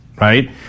right